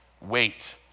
wait